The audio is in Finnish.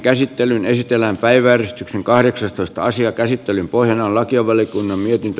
käsittelyn pohjana on lakivaliokunnan mietintö